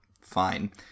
fine